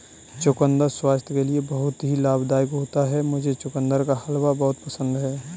चुकंदर स्वास्थ्य के लिए बहुत ही लाभदायक होता है मुझे चुकंदर का हलवा बहुत पसंद है